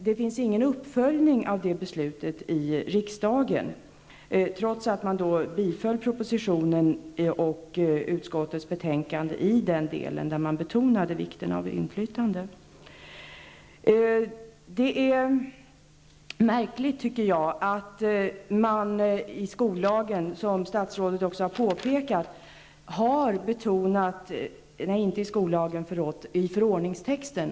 Det finns ingen uppföljning av det beslutet i riksdagen, trots att man biföll propositionen och utskottets utlåtande i den del där vikten av inflytande betonades. Det är märkligt, tycker jag, att man i förordningstexten, som statsrådet också har påpekat, har betonat elevinflytandet.